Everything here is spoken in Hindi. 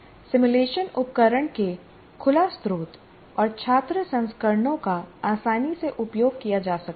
सिमुलेशन उपकरण के खुला स्त्रोत और छात्र संस्करणों का आसानी से उपयोग किया जा सकता है